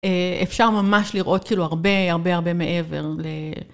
אפשר ממש לראות כאילו הרבה הרבה הרבה מעבר.